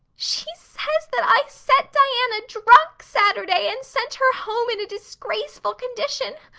she says that i set diana drunk saturday and sent her home in a disgraceful condition.